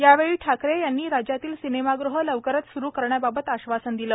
यावेळी ठाकरे यांनी राज्यातील सिनेमागृहे लवकरच सुरू करण्याबाबत आश्वासन दिले